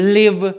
live